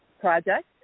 project